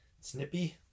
snippy